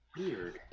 Weird